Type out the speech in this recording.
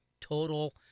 total